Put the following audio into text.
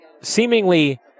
seemingly